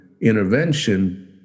intervention